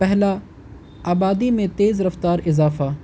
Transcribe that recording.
پہلا آبادی میں تیز رفتار اضافہ